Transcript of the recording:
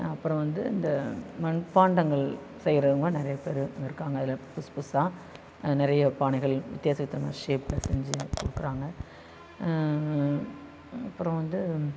அப்புறம் வந்து இந்த மண்பாண்டங்கள் செய்கிறவங்க நிறையா பேரு இருக்காங்க அதில் புதுசு புதுசாக நிறையா பானைகள் வித்தியாச வித்தியாசமாக ஷேபில் செஞ்சு கொடுக்கிறாங்க அப்புறம் வந்து